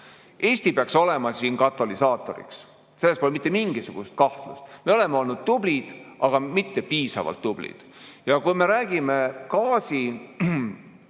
Eesti peaks olema siin katalüsaatoriks, selles pole mitte mingisugust kahtlust. Me oleme olnud tublid, aga mitte piisavalt tublid. Kui me räägime gaasiimpordi